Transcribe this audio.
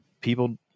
people